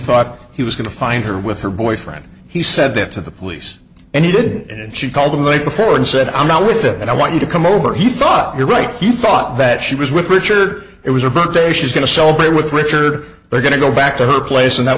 thought he was going to find her with her boyfriend he said that to the police and he did and she called the day before and said i'm not with it and i want you to come over he thought you're right he thought that she was with richard it was her birthday she's going to celebrate with richard they're going to go back to her place and that